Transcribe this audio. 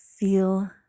feel